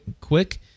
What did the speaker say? quick